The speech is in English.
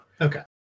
Okay